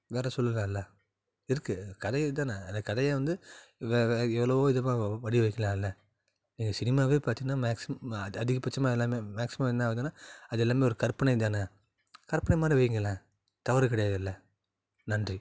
வேறு சொல்லலான்ல இருக்கு கதையே இதானே அந்த கதையே வந்து வே வே எவ்வளோ இது பண்ணி வைக்கலான்ல நீங்கள் சினிமாவே பார்த்திங்கன்னா மேக்ஸிமம் அதி அதிகபட்சமாக எல்லாமே மேக்ஸிமம் என்ன ஆகுதுன்னா அது எல்லாமே ஒரு கற்பனை தானே கற்பனை மாதிரி வைங்களேன் தவறு கிடையாது இல்லை நன்றி